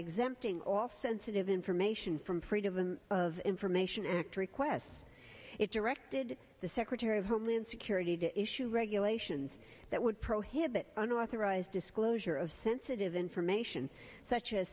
exempting all sensitive information from freedom of information act requests it directed the secretary of homeland security to issue regulations that would prohibit an authorized disclosure of sensitive information such as